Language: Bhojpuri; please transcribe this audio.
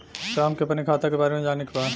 राम के अपने खाता के बारे मे जाने के बा?